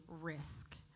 risk